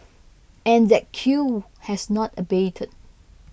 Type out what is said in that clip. and that queue has not abated